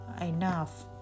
enough